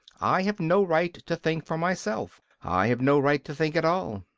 i have no right to think for myself. i have no right to think at all.